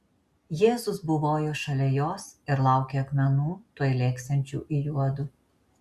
jėzus buvojo šalia jos ir laukė akmenų tuoj lėksiančių į juodu